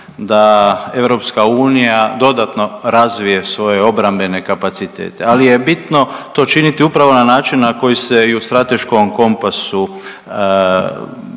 da EU dodatno razvije svoje obrambene kapacitete, ali je bitno to činiti upravo na način na koji se i u strateškom kompasu